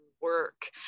work